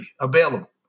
available